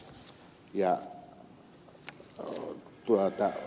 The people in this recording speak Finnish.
se on tyydyttävä